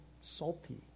salty